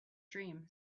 dream